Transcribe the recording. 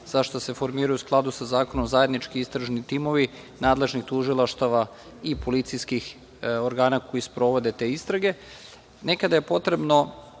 zašto se formiraju u skladu sa zakonom, zajednički istražni timovi, nadležnih tužilaštava i policijskih organa koji sprovode te istrage. Nekada je potrebno